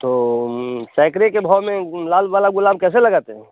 तो सैकड़े के भाव में लाल वाला गुलाब कैसे लगाते हैं